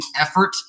effort